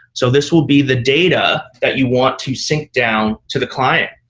so this will be the data that you want to sync down to the client.